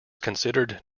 considered